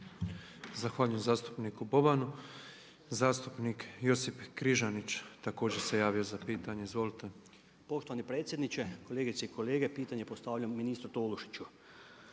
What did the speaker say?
Zahvaljujem zastupnik Bobanu. Zastupnik Josip Križanić također se javio za pitanje. Izvolite. **Križanić, Josip (HDZ)** Poštovani predsjedniče, kolegice i kolege pitanje postavljam ministru Tolušiću.